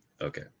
Okay